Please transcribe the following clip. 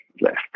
left